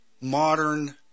modern